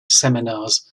seminars